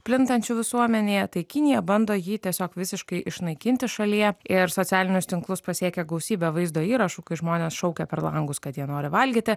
plintančiu visuomenėje tai kinija bando jį tiesiog visiškai išnaikinti šalyje ir socialinius tinklus pasiekia gausybė vaizdo įrašų kai žmonės šaukia per langus kad jie nori valgyti